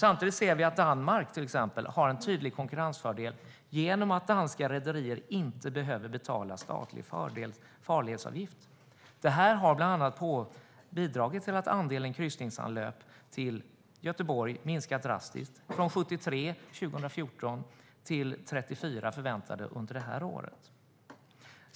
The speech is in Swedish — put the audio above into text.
Samtidigt ser vi att till exempel Danmark har en tydlig konkurrensfördel genom att danska rederier inte behöver betala statlig farledsavgift. Detta har bland annat bidragit till att andelen kryssningsanlöp till Göteborg har minskat drastiskt, från 73 år 2014 till 34 förväntade under detta år.